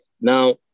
Now